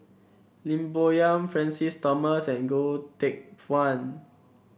Lim Bo Yam Francis Thomas and Goh Teck Phuan